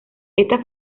esta